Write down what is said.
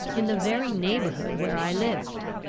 in the very neighbourhood where i lived.